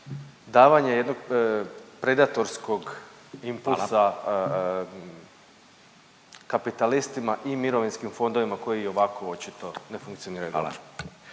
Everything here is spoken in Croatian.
davanje jednog predatorska impulsa kapitalistima i mirovinskim fondovima koji i ovako očito ne funkcioniraju